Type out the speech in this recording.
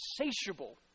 insatiable